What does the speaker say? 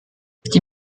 die